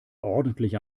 ordentlich